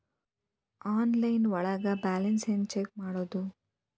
Online ಒಳಗೆ balance ಹ್ಯಾಂಗ check ಮಾಡೋದು?